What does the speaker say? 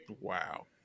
Wow